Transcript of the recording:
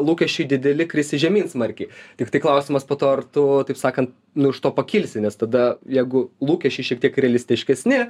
lūkesčiai dideli krisi žemyn smarkiai tiktai klausimas po to ar tu taip sakan nu iš to pakilsi nes tada jeigu lūkesčiai šiek tiek realistiškesni